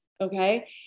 Okay